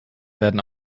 werden